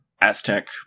Aztec